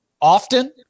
often